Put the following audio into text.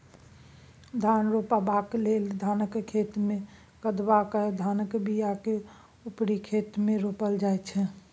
धान रोपबाक लेल धानक खेतमे कदबा कए धानक बीयाकेँ उपारि खेत मे रोपल जाइ छै